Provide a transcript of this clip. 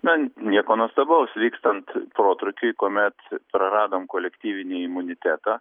na nieko nuostabaus vykstant protrūkiui kuomet praradom kolektyvinį imunitetą